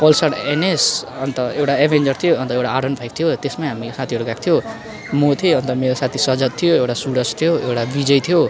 Pulsar NS अन्त एउटा Avenger थियो अन्त एउटा आरवन फाइभ थियो त्यसमै हामी साथीहरू गएको थियो म थिएँ अन्त मेरो साथी सजत थियो एउटा सुरज थियो एउटा विजय थियो